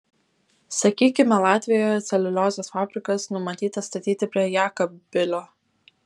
sakykime latvijoje celiuliozės fabrikas numatytas statyti prie jekabpilio